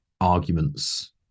arguments